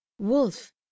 wolf